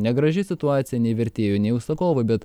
negraži situacija nei vertėjui nei užsakovui bet